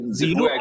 zero